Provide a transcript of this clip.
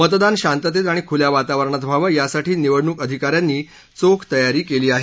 मतदान शांततेत आणि खुल्या वातावरणात व्हावं यासाठी निवडणूक अधिका यांनी चोख तयारी केली आहे